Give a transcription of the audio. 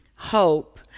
hope